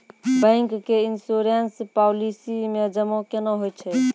Bank के insurance policy मे जमा केना होय छै?